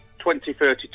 2032